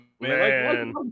man